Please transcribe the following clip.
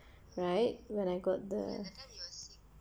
right when I got the